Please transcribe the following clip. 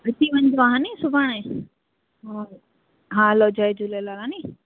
अची वञजो हा नि सुभाणे हा हलो जय झूलेलाल हा नि